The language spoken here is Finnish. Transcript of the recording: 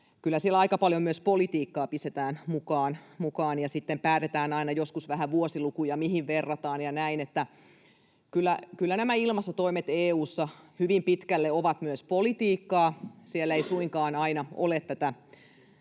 kyllä siellä aika paljon myös politiikkaa pistetään mukaan, ja sitten päätetään aina joskus vähän vuosilukuja, mihin verrataan, ja näin. Kyllä nämä ilmastotoimet EU:ssa hyvin pitkälle ovat myös politiikkaa. Siellä ei suinkaan aina ole tätä,